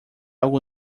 algo